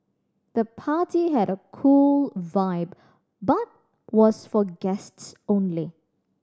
the party had a cool vibe but was for guests only